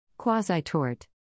Quasi-tort